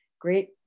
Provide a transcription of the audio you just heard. Great